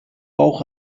bauch